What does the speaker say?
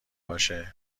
باشه